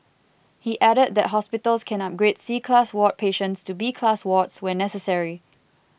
he added that hospitals can upgrade C class ward patients to B class wards when necessary